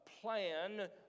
plan